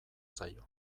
zaio